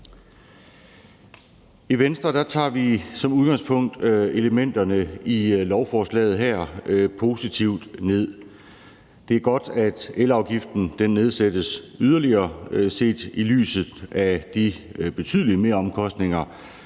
I Venstre tager vi som udgangspunkt elementerne i lovforslaget her positivt ned. Det er godt, at elafgiften nedsættes yderligere set i lyset af de betydelige meromkostninger,